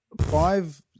Five